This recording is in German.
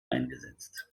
eingesetzt